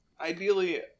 ideally